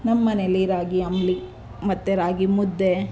ನಮ್ಮನೇಲಿ ರಾಗಿ ಅಂಬಲಿ ಮತ್ತೆ ರಾಗಿ ಮುದ್ದೆ